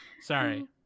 sorry